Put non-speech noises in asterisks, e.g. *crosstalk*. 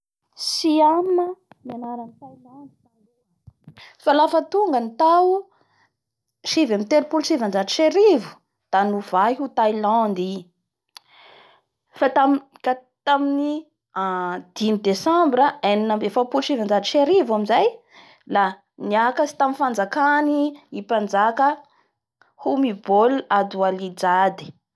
Siame ny anaran'ny Tailande taloha fa lafa tonga ny tao sivy ambin'ny telopolo sy sivanjato sy arivo da novay ho Tailande i. Fa tamin- tamin'ny *hesitation* dimy desambra enina ambin'ny efapolo sy sivanjatao sy arivo amizay la niakatsy tamin'ny fanjakany i mpanjaka Homibole Adwalie Jad fa *hesitation* teo izy tamin'ny tao dimampolo sy sivanjato sy arivo kosa i izay i vo nantsoa hoe mpanjaka an'i Tailande marina.